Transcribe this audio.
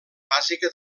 bàsica